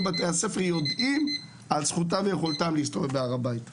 בתי הספר יודעים על זכותם ויכולתם להסתובב בהר הבית.